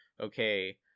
okay